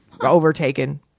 overtaken